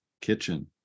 kitchen